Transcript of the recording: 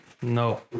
no